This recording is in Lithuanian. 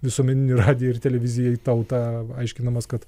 visuomeninį radiją ir televiziją į tautą aiškindamas kad